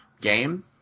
game